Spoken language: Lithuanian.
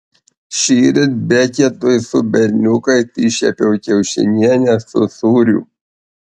šįryt beketui su berniukais iškepiau kiaušinienę su sūriu